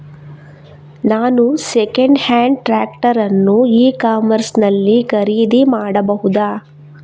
ನಾನು second hand tractor ಅನ್ನು e commerce ನಲ್ಲಿ ಖರೀದಿ ಮಾಡಬಹುದಾ?